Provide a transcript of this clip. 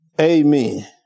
Amen